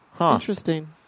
Interesting